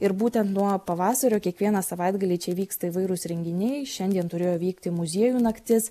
ir būtent nuo pavasario kiekvieną savaitgalį čia vyksta įvairūs renginiai šiandien turėjo vykti muziejų naktis